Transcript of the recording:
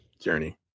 Journey